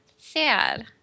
sad